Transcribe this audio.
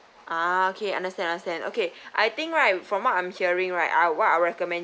ah okay understand understand okay I think right from what I'm hearing right uh what I recommend